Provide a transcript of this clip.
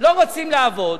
לא רוצים לעבוד,